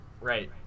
Right